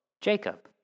Jacob